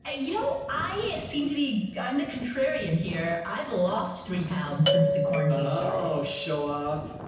ah you know i seem to be, i'm the contrarian here. i've lost three pounds since the corn. oh, show off.